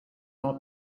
not